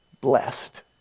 blessed